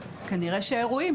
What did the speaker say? כנראה שאירועים,